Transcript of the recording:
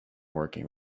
working